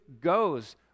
goes